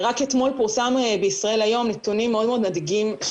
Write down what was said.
רק אתמול פורסם בישראל היום נתונים מאוד מאוד מדאיגים,